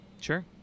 Sure